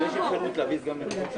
מי נגד?